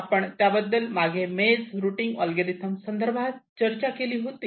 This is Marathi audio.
आपण त्याबद्दल मागे मेज रुटींग अल्गोरिदम संदर्भात चर्चा केली होती